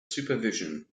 supervision